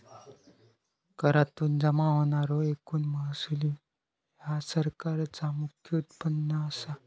करातुन जमा होणारो एकूण महसूल ह्या सरकारचा मुख्य उत्पन्न असा